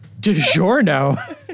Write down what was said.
DiGiorno